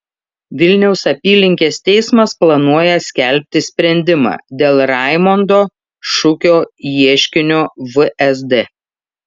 vilniaus apylinkės teismas planuoja skelbti sprendimą dėl raimondo šukio ieškinio vsd